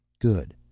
Good